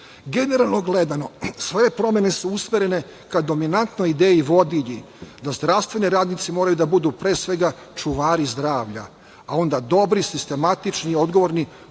penziju. Generalno gledano, sve promene su usmerene ka dominantnoj ideji vodilji da zdravstveni radnici moraju da budu, pre svega, čuvari zdravlja, a onda dobri, sistematični i odgovorni